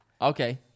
Okay